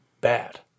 bad